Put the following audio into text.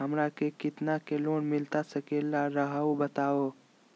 हमरा के कितना के लोन मिलता सके ला रायुआ बताहो?